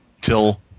till